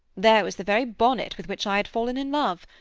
there was the very bonnet with which i had fallen in love.